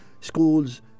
schools